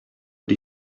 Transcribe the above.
die